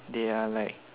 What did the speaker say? they are like